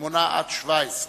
8 17,